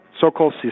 so-called